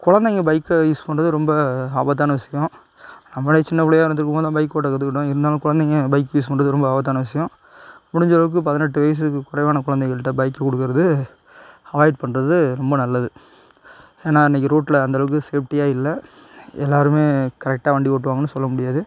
குழந்தைங்க பைக்கை யூஸ் பண்ணுறது ரொம்ப ஆபத்தான விஷயம் நம்மளே சின்ன பிள்ளையா இருந்துருக்கும் போது தான் பைக் ஓட்ட கற்றுக்கிட்டோம் இருந்தாலும் குழந்தைங்க பைக் யூஸ் பண்ணுறது ரொம்ப ஆபத்தான விஷயம் முடிஞ்ச அளவுக்கு பதினெட்டு வயசுக்கு குறைவான குழந்தைகள்ட்ட பைக் கொடுக்குறது அவாய்ட் பண்ணுறது ரொம்ப நல்லது ஏன்னா இன்னைக்கு ரோட்டில அந்த அளவுக்கு சேஃப்ட்டியாக இல்லை எல்லாருமே கரெக்டாக வண்டி ஓட்டுவாங்கன்னு சொல்ல முடியாது